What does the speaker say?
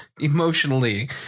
emotionally